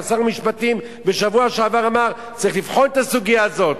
גם שר המשפטים בשבוע שעבר אמר: צריך לבחון את הסוגיה הזאת.